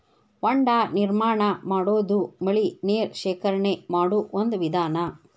ಹೊಂಡಾ ನಿರ್ಮಾಣಾ ಮಾಡುದು ಮಳಿ ನೇರ ಶೇಖರಣೆ ಮಾಡು ಒಂದ ವಿಧಾನಾ